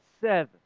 seven